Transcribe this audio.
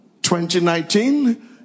2019